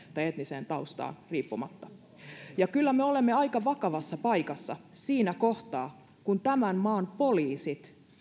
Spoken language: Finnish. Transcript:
tai etnisestä taustastaan riippumatta kyllä me olemme aika vakavassa paikassa siinä kohtaa kun tämän maan poliisit